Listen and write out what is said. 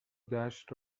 دشت